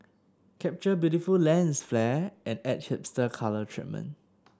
capture beautiful lens flare and add hipster colour treatment